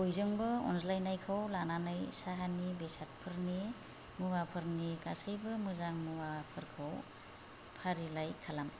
बयजोंबो अनज्लानायखौ लानानै साहानि बेसादफोरनि मुवाफोरनि गासैबो मोजां मुवाफोरखौ फारिलाइ खालाम